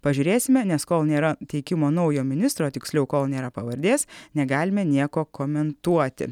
pažiūrėsime nes kol nėra teikimo naujo ministro tiksliau kol nėra pavardės negalime nieko komentuoti